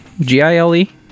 G-I-L-E